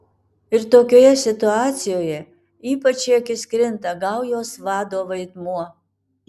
ir tokioje situacijoje ypač į akis krinta gaujos vado vaidmuo